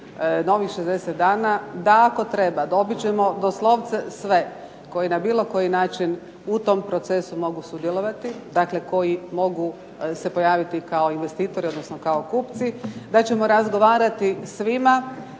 novih 60 dana, da ako treba dobit ćemo doslovce sve koji na bilo koji način u tom procesu mogu sudjelovati, dakle koji mogu se pojaviti kao investitori, odnosno kao kupci, da ćemo razgovarati svima,